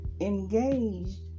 engaged